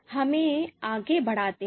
हमें आगे बढ़ाते हैं